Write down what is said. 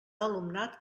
alumnat